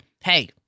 Hey